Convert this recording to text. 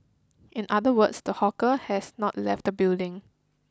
in other words the hawker has not left the building